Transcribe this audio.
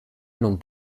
non